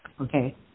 Okay